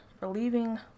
relieving